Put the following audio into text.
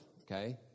okay